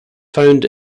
found